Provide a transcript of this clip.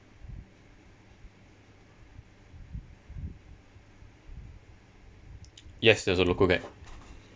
yes there was a local guide